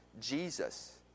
Jesus